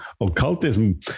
occultism